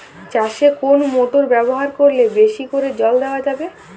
চাষে কোন মোটর ব্যবহার করলে বেশী করে জল দেওয়া যাবে?